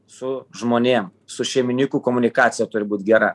su žmonėm su šeimininku komunikacija turi būt gera